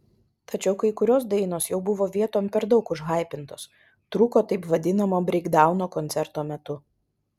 tačiau kai kurios dainos jau buvo vietom per daug užhaipintos trūko taip vadinamo breikdauno koncerto metu